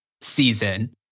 season